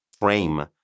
frame